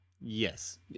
Yes